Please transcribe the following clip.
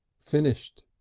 finished.